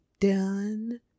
done